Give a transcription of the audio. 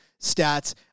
stats